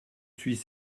suis